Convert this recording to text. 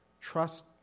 Trust